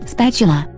Spatula